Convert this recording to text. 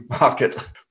market